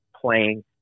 playing